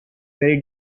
very